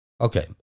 Okay